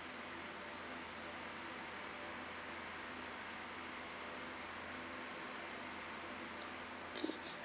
okay